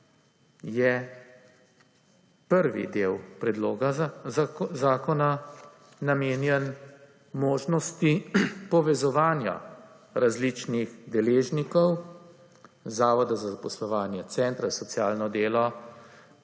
je prvi del predlog zakona namenjen možnosti povezovanja različnih deležnikov (zavoda za zaposlovanje, centra za socialno delo,